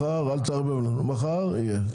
מחר אל תערבב מחר יהיה,